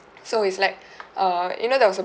so it's like err you know there was a